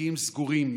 מגיעים סגורים,